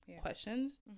questions